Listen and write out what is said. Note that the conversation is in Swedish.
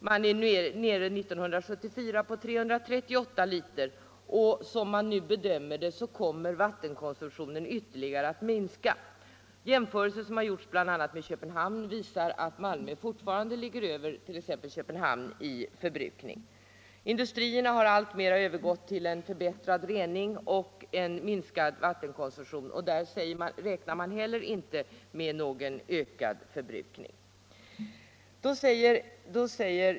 År 1974 var den nere i 338 liter, och som man nu bedömer det kommer vattenkonsumtionen att ytterligare minska. Gjorda jämförelser visar att Malmös vattenförbrukning för närvarande är större än t.ex. Köpenhamns. Industrierna har alltmer övergått till en förbättrad rening med minskad vattenkonsumtion som resultat, och där räknar man inte heller med någon ökad förbrukning.